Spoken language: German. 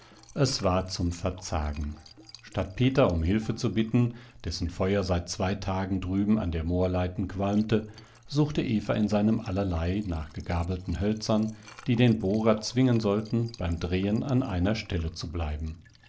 es war zum verzagen statt peter um hilfe zu bitten dessen feuer seit zwei tagen drüben an der moorleiten qualmte suchte eva in seinem allerlei nach gegabelten hölzern die den bohrer zwingen sollten beim drehen an einer stelle zu bleiben